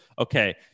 Okay